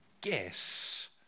guess